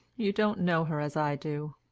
you don't know her as i do